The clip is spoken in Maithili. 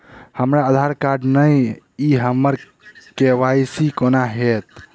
हमरा आधार कार्ड नै अई हम्मर के.वाई.सी कोना हैत?